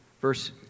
verse